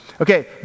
Okay